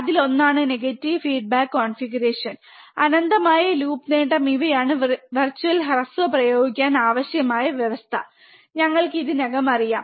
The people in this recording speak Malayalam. അതിലൊന്നാണ് നെഗറ്റീവ് ഫീഡ്ബാക്ക് കോൺഫിഗറേഷൻ അനന്തമായ ലൂപ്പ് നേട്ടം ഇവയാണ് വെർച്വൽ ഹ്രസ്വ പ്രയോഗിക്കാൻ ആവശ്യമായ വ്യവസ്ഥ ഞങ്ങൾക്ക് ഇതിനകം അറിയാം